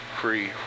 free